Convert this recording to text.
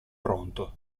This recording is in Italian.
pronto